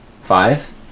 five